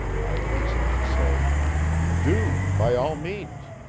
i hastened to say do, by all means.